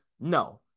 No